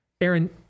Aaron